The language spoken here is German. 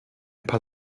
paar